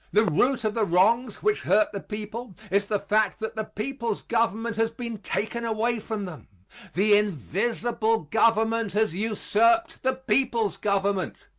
the root of the wrongs which hurt the people is the fact that the people's government has been taken away from them the invisible government has usurped the people's government.